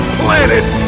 planet